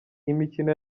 imikino